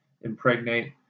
impregnate